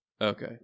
Okay